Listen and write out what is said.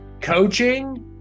coaching